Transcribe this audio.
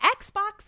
Xbox